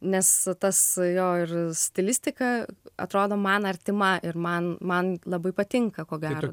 nes tas jo ir stilistika atrodo man artima ir man man labai patinka ko gero